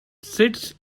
sits